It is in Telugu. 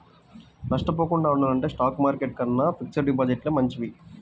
నష్టపోకుండా ఉండాలంటే స్టాక్ మార్కెట్టు కన్నా ఫిక్స్డ్ డిపాజిట్లే మంచివి